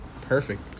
Perfect